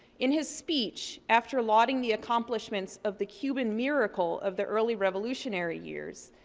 in his speech, after lauding the accomplishments of the cuban miracle of the early revolutionary years,